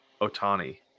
Otani